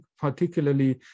particularly